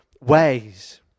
ways